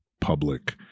public